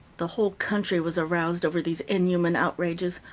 the whole country was aroused over these inhuman outrages.